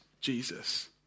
Jesus